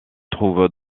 trouve